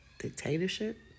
Dictatorship